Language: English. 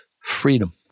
freedom